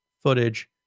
footage